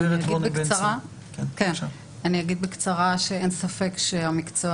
אני אגיד בקצרה שאין ספק שמקצוע